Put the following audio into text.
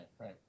right